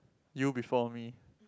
you before me